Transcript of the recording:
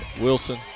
Wilson